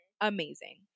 Amazing